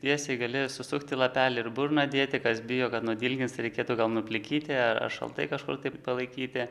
tiesiai gali susukti lapelį ir į burną dėti kas bijo kad nudilgins tai reikėtų gal nuplikyti ar šaltai kažkur tai palaikyti